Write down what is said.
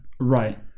right